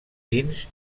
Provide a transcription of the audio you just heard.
dins